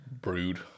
brewed